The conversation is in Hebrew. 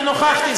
כי נכחתי,